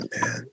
man